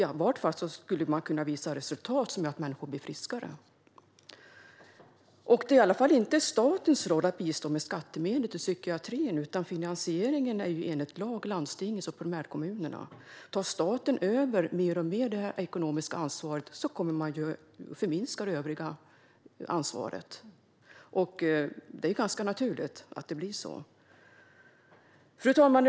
I varje fall borde man kunna visa resultat som visar att människor blir friskare. Det är i alla fall inte statens roll att bistå med skattemedel till psykiatrin, utan finansieringen ligger enligt lag på landstingen och kommunerna. Tar staten över det ekonomiska ansvaret mer och mer kommer ansvaret hos övriga att minska. Det är ganska naturligt att det blir så. Fru talman!